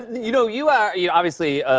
you know, you ah you obviously,